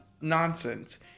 nonsense